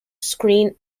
screen